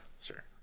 Sure